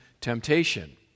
temptation